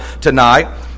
tonight